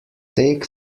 take